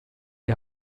die